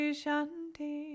shanti